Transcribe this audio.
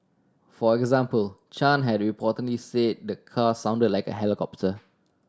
for example Chan had reportedly say the car sound like a helicopter